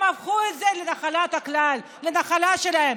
הם הפכו את זה מנחלת הכלל לנחלה שלהם.